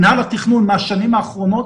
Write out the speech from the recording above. מינהל התכנון מהשנים האחרונות